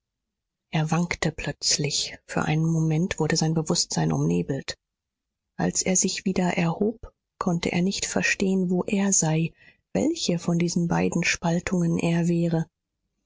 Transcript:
er wankte plötzlich für einen moment wurde sein bewußtsein umnebelt als er sich wieder erhob konnte er nicht verstehen wo er sei welche von diesen beiden spaltungen er wäre